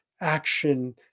action